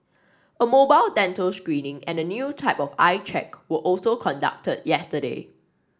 a mobile dental screening and a new type of eye check were also conducted yesterday